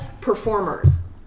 performers